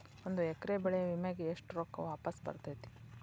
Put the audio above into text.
ಒಂದು ಎಕರೆ ಬೆಳೆ ವಿಮೆಗೆ ಎಷ್ಟ ರೊಕ್ಕ ವಾಪಸ್ ಬರತೇತಿ?